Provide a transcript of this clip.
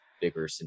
bigger